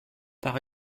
par